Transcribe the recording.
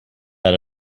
out